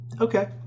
Okay